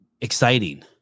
exciting